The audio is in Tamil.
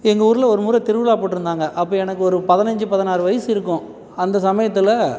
எங்கள் ஊரில் ஒரு முறை திருவிழா போட்டிருந்தாங்க அப்போ எனக்கு ஒரு பதினஞ்சு பதினாறு வயசு இருக்கும் அந்த சமயத்தில்